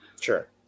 sure